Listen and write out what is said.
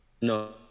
No